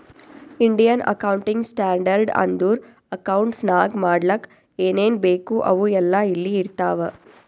Indian accounting standard ಅಂದುರ್ accounts ನಾಗ್ ಮಾಡ್ಲಕ್ ಏನೇನ್ ಬೇಕು ಅವು ಎಲ್ಲಾ ಇಲ್ಲಿ ಇರ್ತಾವ